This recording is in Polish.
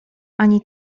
ani